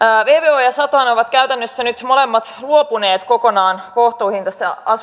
vvo ja satohan ovat käytännössä nyt molemmat luopuneet kokonaan kohtuuhintaisesta